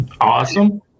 Awesome